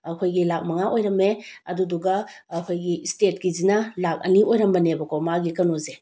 ꯑꯩꯈꯣꯏꯒꯤ ꯂꯥꯛ ꯃꯉꯥ ꯑꯣꯏꯔꯝꯃꯦ ꯑꯗꯨꯗꯨꯒ ꯑꯩꯈꯣꯏꯒꯤ ꯏꯁꯇꯦꯠꯀꯤꯁꯤꯅ ꯂꯥꯛ ꯑꯅꯤ ꯑꯣꯏꯔꯝꯕꯅꯦꯕꯀꯣ ꯃꯥꯒꯤ ꯀꯩꯅꯣꯁꯦ